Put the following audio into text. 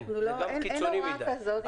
אין הוראה כזאת.